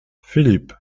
filip